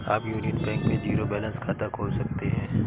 आप Union Bank में zero balance खाता खोल सकते हैं